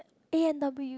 A and W